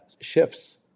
shifts